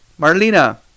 Marlena